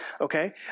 okay